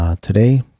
Today